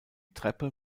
treppe